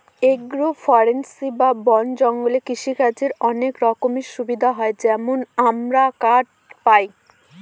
agro forestry বা বন জঙ্গলে কৃষিকাজের অনেক রকমের সুবিধা হয় যেমন আমরা কাঠ পায়